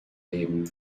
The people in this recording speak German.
leben